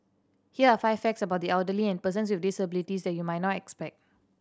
here are five facts about the elderly and persons with disabilities that you might not expect